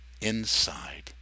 Inside